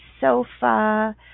sofa